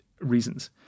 reasons